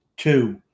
two